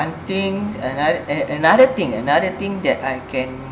one thing another another thing another thing that I can